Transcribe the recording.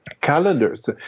calendars